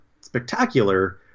spectacular